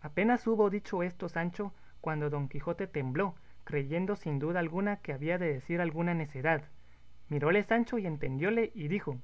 apenas hubo dicho esto sancho cuando don quijote tembló creyendo sin duda alguna que había de decir alguna necedad miróle sancho y entendióle y dijo